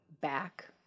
back